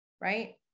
Right